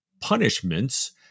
punishments